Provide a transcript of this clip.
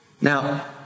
Now